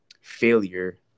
failure